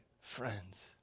friends